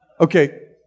Okay